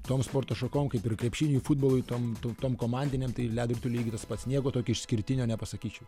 tom sporto šakom kaip ir krepšiniui futbolui tom tom tom komandinėm tai ledo rituly lygiai tas pats nieko tokio išskirtinio nepasakyčiau